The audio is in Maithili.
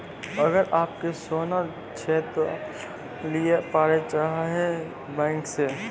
अगर आप के सोना छै ते आप लोन लिए पारे चाहते हैं बैंक से?